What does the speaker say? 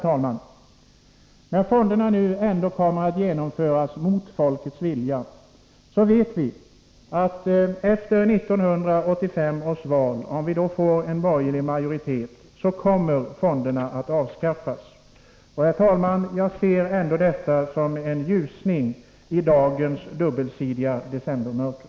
Till sist: När fonderna nu ändå kommer att genomföras mot folkets vilja vet vi att efter 1985 års val, om vi då får en borgerlig majoritet, kommer fonderna att avskaffas. Herr talman! Jag ser ändå detta som en ljusning i dagens dubbelsidiga decembermörker.